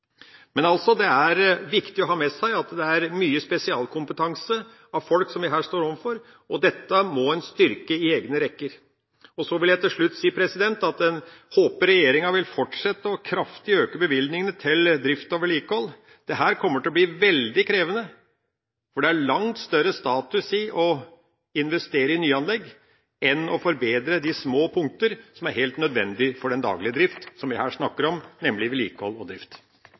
Men det er altså viktig å ha med seg at her står vi overfor mye spesialkompetanse av folk, og dette må en styrke i egne rekker. Så vil jeg til slutt si at jeg håper regjeringa vil fortsette å øke bevilgningene til drift og vedlikehold kraftig. Dette kommer til å bli veldig krevende, for det er langt større status i å investere i nyanlegg enn å forbedre de små punkter som er helt nødvendige for den daglige drift, som vi her snakker om, nemlig vedlikehold og drift.